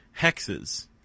hexes